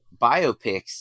biopics